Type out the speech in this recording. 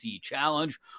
Challenge